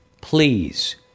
please